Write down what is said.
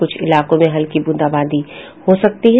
कुछ इलाकों में हल्की बूंदाबांदी हो सकती है